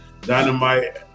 dynamite